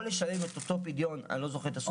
לשלם את אותו פדיון אני לא זוכר את הסכום המדויק,